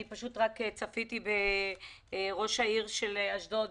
אני פשוט צפיתי בראש עיריית אשדוד